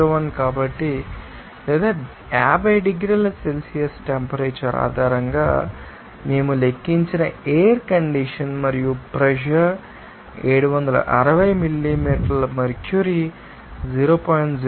01 కాబట్టి లేదా 50 డిగ్రీల సెల్సియస్ టెంపరేచర్ ఆధారంగా మేము లెక్కించిన ఎయిర్ కండిషన్ మరియు ప్రెషర్ 760 మిల్లీమీటర్ మెర్క్యూరీ 0